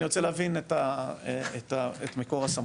אני רוצה להבין את מקור הסמכות.